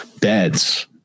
beds